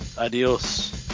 Adios